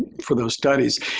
for those studies.